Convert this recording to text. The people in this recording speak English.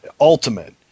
ultimate